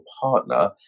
partner